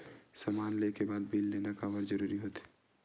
समान ले के बाद बिल लेना काबर जरूरी होथे?